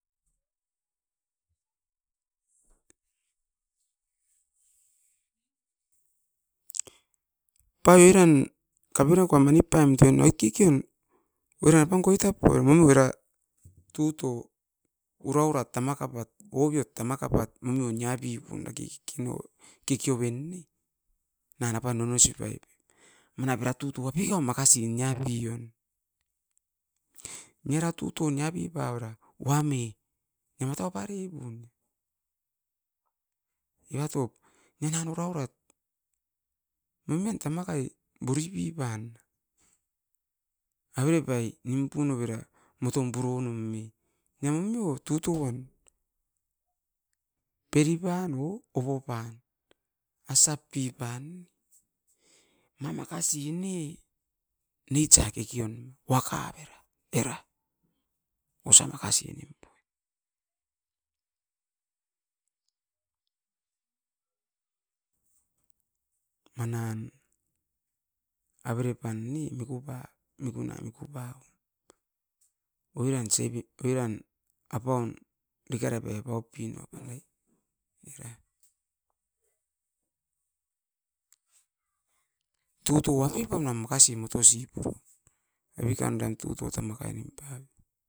Pau oiran kaperakoa manip paum toin ai kikiun oira pan koitap oimum era, tuto ura urat tamaka pat obiot tamaka pat monion ia pipun dakiki kinio. Kikioven ne nan apan nono isop ai, manap era tuto apikau makasi nia piran. Niara tuto niapi pauara wami ematau paripun. Eva top ne nan uraurat momion tamakai bori pipan, avere pai nimpu novera motom purou num ne. Nia om nio tutuen, peri pan o opopan, asap pipan ne? Ma makasi ne, neitsa kekion wakavera, vera osa makasi nimpu. Manan, avere pan ni mikuna mikupa oiran sepit oiran apaum dika repai apaup pinaberai, eraim. Tuto wapip anam makasi matosi. Amikan dan tuto tamakai nimpan.